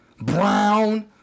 brown